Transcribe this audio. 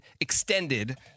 extended